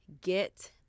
get